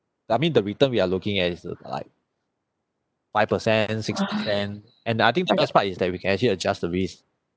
I mean the return we are looking at is like five per cent six per cent and I think the best part is that we actually adjust the risk